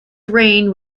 reign